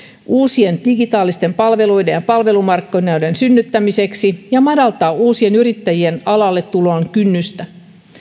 uusien digitaalisten palveluiden ja palvelumarkkinoiden synnyttämiseksi ja madaltaa uusien yrittäjien alalle tulon kynnystä